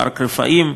פארק רפאים,